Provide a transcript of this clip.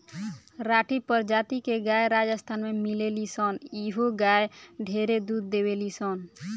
राठी प्रजाति के गाय राजस्थान में मिलेली सन इहो गाय ढेरे दूध देवेली सन